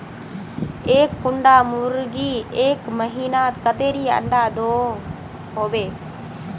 एक कुंडा मुर्गी एक महीनात कतेरी अंडा दो होबे?